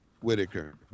Whitaker